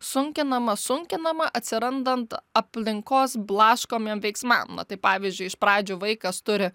sunkinama sunkinama atsirandant aplinkos blaškomiem veiksmam na tai pavyzdžiui iš pradžių vaikas turi